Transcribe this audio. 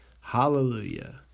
Hallelujah